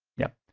yup.